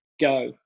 go